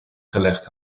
gelegd